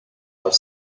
are